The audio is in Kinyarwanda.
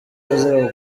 azira